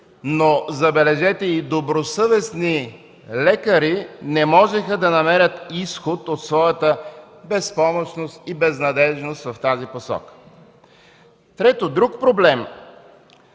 но, забележете, и добросъвестни лекари не можеха да намерят изход от своята безпомощност и безнадеждност в тази посока. Трето, друг проблем